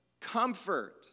comfort